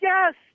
Yes